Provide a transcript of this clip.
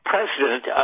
president